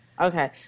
Okay